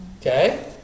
Okay